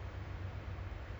mm